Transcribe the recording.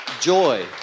joy